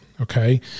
Okay